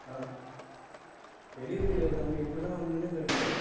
ஆ delivery தம்பி எப்படி தான் வந்துதுனே தெரில